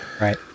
Right